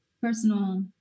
Personal